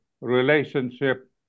relationship